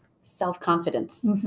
self-confidence